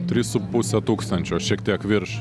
trys su puse tūkstančio šiek tiek virš